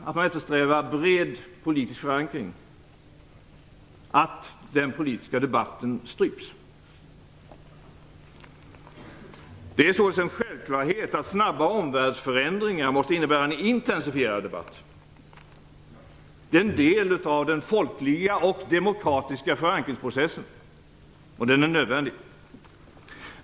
Att man eftersträvar en bred politisk förankring får inte innebära att den politiska debatten stryps. Det är således en självklarhet att snabba omvärldsförändringar måste innebära en intensifierad debatt. Det är en del av den folkliga och demokratiska förankringsprocessen, och den är nödvändig.